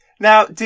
Now